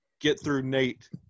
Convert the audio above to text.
get-through-nate –